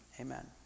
Amen